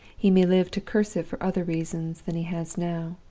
he may live to curse it for other reasons than he has now.